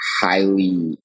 highly